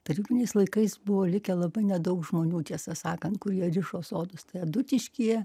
tarybiniais laikais buvo likę labai nedaug žmonių tiesą sakant kurie rišo sodus tai adutiškyje